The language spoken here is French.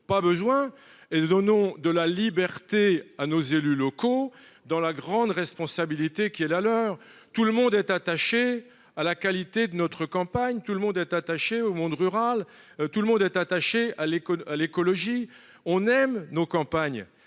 pas besoin et nous donnons de la liberté à nos élus locaux dans la grande responsabilité qui est la leur. Tout le monde est attaché à la qualité de notre campagne, tout le monde est attaché au monde rural. Tout le monde est attaché à l'école à l'écologie. On aime nos campagnes